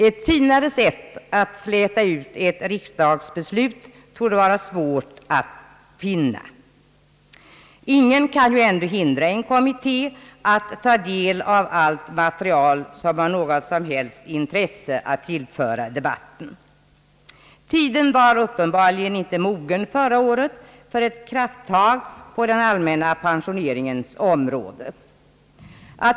Ett finare sätt att släta ut ett riksdagsbeslut torde vara svårt att finna. Ingen kan ändå hindra en kommitté från att ta del av allt material som har någol som helst av värde att tillföra debatten. Tiden var uppenbarligen förra året inte mogen för ett krafttag på den allmänna pensioneringens område.